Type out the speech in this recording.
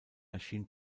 erschien